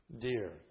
dear